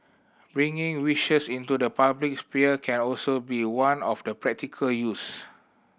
bringing wishes into the public sphere can also be one of the practical use